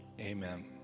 Amen